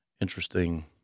interesting